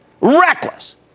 Reckless